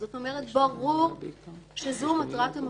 זאת אומרת ברור שזאת מטרת המקום.